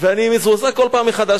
ואני מזועזע כל פעם מחדש,